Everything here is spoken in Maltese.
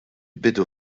bidu